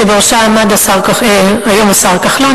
שבראשה עמד היום השר כחלון,